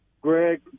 Greg